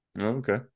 Okay